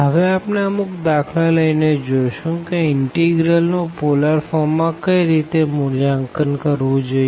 હવે આપણે અમુક દાખલા લઇ ને જોશું કે ઇનટીગ્રલનું પોલર ફોર્મ માં કઈ રીતે મુલ્યાંકન કરવું જોઈએ